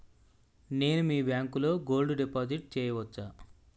నేను మీ బ్యాంకులో గోల్డ్ డిపాజిట్ చేయవచ్చా?